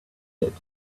get